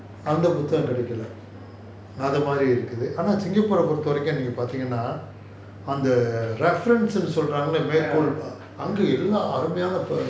ya